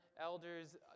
elders